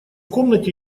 комнате